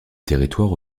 territoires